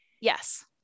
Yes